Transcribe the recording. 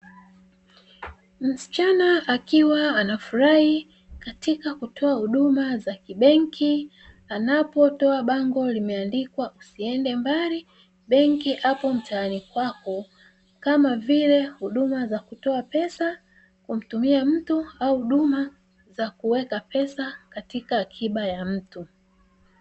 Msichana akiwa anafurahi katika kutoa huduma za kibenki, anapotoa bango limeandikwa "Usiende mbali. Benki hapo mtaani", kama vile huduma za kutoa pesa, kumtumia mtu au huduma za kuweka pesa katika akiba ya mtu.